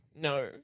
No